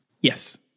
yes